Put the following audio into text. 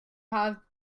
have